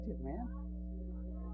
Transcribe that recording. man